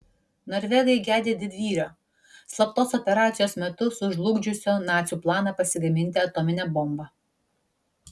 norvegai gedi didvyrio slaptos operacijos metu sužlugdžiusio nacių planą pasigaminti atominę bombą